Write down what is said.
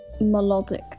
melodic